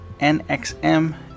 nxm